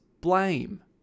blame